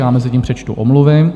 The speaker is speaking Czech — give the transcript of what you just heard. Já mezitím přečtu omluvy.